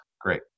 Great